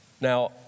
Now